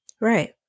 Right